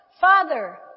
Father